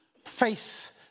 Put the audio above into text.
face